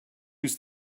use